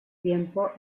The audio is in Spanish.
tiempo